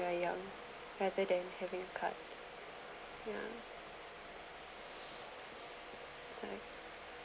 are young rather than having card